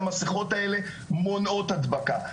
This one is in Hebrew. שהמסכות האלה מונעות הדבקה.